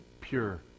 pure